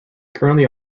currently